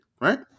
Right